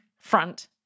front